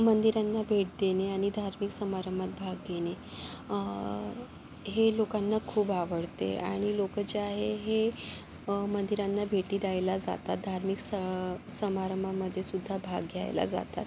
मंदिरांना भेट देणे आणि धार्मिक समारंभात भाग घेणे हे लोकांना खूप आवडते आणि लोकं जे आहे हे मंदिरांना भेटी द्यायला जातात धार्मिक स समारंभांमध्ये सुद्धा भाग घ्यायला जातात